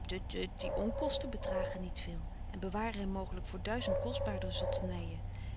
tut tut die onkosten bedragen niet veel en bewaren hem mooglyk voor duizend kostbaarder zotternyen